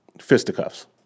fisticuffs